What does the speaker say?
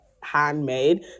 handmade